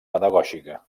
pedagògica